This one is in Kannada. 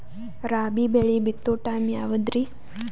ರಾಬಿ ಬೆಳಿ ಬಿತ್ತೋ ಟೈಮ್ ಯಾವದ್ರಿ?